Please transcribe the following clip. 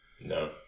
No